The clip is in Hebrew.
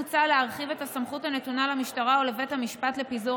מוצע להרחיב את הסמכות הנתונה למשטרה ולבית המשפט לפיזור